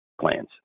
plans